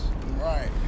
right